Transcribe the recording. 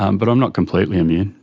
um but i'm not completely immune.